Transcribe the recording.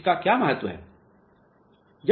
इस का क्या महत्व है